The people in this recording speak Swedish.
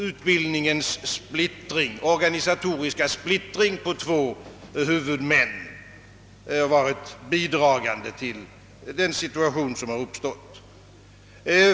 Utbildningens organisatoriska splittring på två huvudmän kan ha bidragit till att denna situation har uppstått.